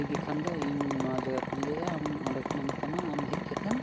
ᱴᱷᱤᱠ ᱜᱮᱠᱷᱟᱱ ᱫᱚ ᱤᱧ ᱱᱚᱣᱟ ᱡᱟᱭᱜᱟ ᱠᱷᱚᱱᱤᱧ ᱤᱭᱟᱹᱭᱟ ᱟᱢ ᱚᱸᱰᱮ ᱠᱷᱚᱱᱮ ᱢᱮᱛᱟᱢᱟ ᱟᱢ ᱦᱮᱡ ᱠᱟᱛᱮᱫ